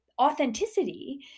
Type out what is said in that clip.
authenticity